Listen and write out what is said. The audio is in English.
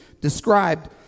described